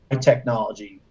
technology